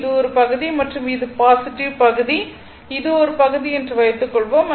இது ஒரு பகுதி மற்றும் இது இது ஒரு பகுதி என்று வைத்துக்கொள்வோம்